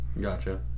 Gotcha